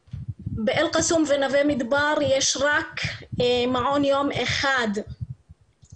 באל-קסום ונווה מדבר, יש רק מעון יום אחד שעובד.